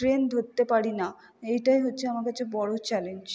train ধরতে পারি না এইটাই হচ্ছে আমার কাছে বড়ো চ্যালেঞ্জ